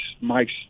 Mike's